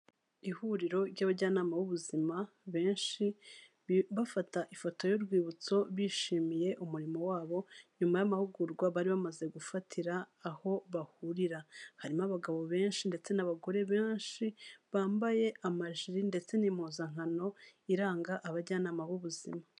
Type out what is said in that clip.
Ihuriro ry'abajyanama b'ubuzima benshi bafata ifoto y'urwibutso bishimiye umurimo wabo, nyuma y'amahugurwa bari bamaze gufatira aho bahurira. Harimo abagabo benshi ndetse n'abagore benshi bambaye amajiri ndetse n'impuzankano iranga abajyanama b'ubuzima.